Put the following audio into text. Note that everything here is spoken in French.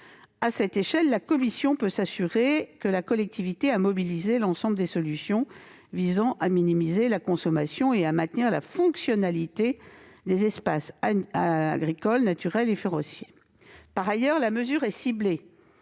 À cette échelle, la CDPENAF peut s'assurer que la collectivité a bien mobilisé l'ensemble des solutions visant à minimiser la consommation et à maintenir la fonctionnalité des espaces agricoles, naturels et forestiers. La mesure proposée est ciblée